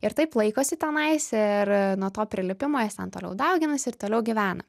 ir taip laikosi tenais ir nuo to prilipimo jos ten toliau dauginasi ir toliau gyvena